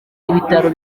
ibitaro